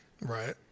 Right